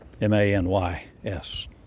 M-A-N-Y-S